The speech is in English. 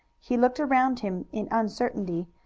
he looked around him in uncertainty,